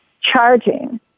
charging